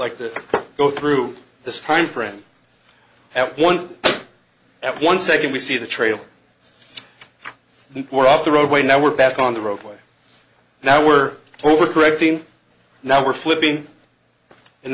like to go through this time print one at one second we see the trail we're off the roadway now we're back on the roadway now we're told we're correcting now we're flipping and